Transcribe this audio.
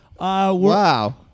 Wow